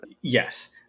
Yes